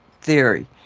theory